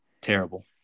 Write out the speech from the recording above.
Terrible